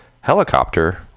helicopter